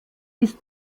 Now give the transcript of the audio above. ist